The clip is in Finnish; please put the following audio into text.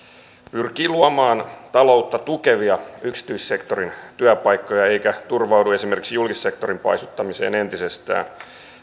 pyrkii luomaan taloutta tukevia yksityissektorin työpaikkoja eikä turvaudu esimerkiksi julkisen sektorin paisuttamiseen entisestään